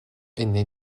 ainée